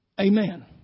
Amen